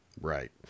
Right